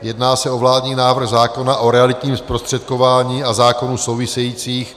Jedná se o vládní návrh zákona o realitním zprostředkování a zákonů souvisejících.